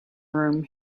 room